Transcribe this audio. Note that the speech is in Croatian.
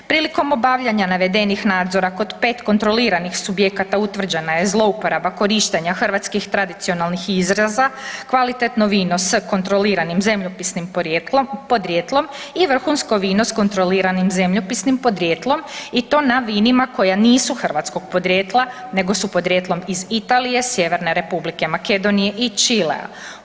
Prilikom obavljanja navedenih nadzora kod 5 kontroliranih subjekata utvrđena je zlouporaba korištenja hrvatskih tradicionalnih izraza, kvalitetno vino s kontroliranim zemljopisnim podrijetlom i vrhunsko vino s kontroliranim zemljopisnim podrijetlom i to na vinima koja nisu hrvatskog podrijetla, nego su podrijetlom iz Italije, Sjeverne Republike Makedonije i Čilea.